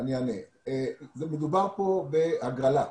מדובר כאן בהגרלה.